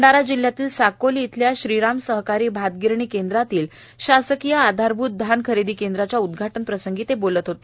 भंडारा जिल्ह्यातील साकोली येथील श्रीराम सहकारी भात गिरणी केंद्रातील शासकीय आधारभूत धान खरेदी केंद्राच्या उद्घाटन प्रसंगी ते बोलत होते